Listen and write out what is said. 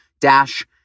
dash